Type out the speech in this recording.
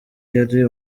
yari